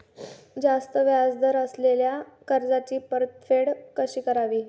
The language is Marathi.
जास्त व्याज दर असलेल्या कर्जाची परतफेड कशी करावी?